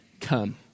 Come